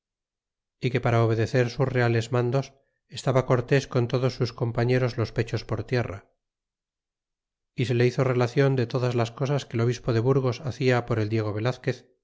y que para obedecer sus reales mandos estaba cortés con todos sus compañeros los pechos por tierra y se le hizo relacion de todas las cosas que el obispo de burgos hacia por el diego velazquez